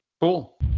Cool